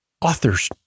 authors